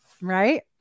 Right